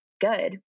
good